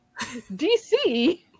DC